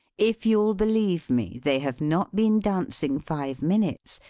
if you'll believe me, they have not been dancing five minutes,